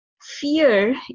fear